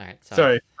Sorry